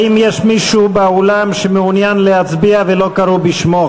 האם יש מישהו באולם שמעוניין להצביע ולא קראו בשמו?